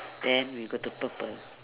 then we go to purple